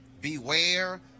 beware